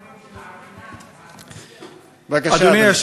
בבקשה, אדוני.